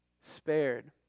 spared